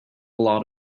lot